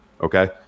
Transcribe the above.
okay